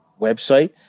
website